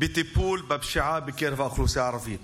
בטיפול בפשיעה בקרב האוכלוסייה הערבית.